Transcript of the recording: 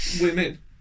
women